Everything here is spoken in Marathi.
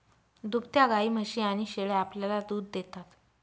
दुभत्या गायी, म्हशी आणि शेळ्या आपल्याला दूध देतात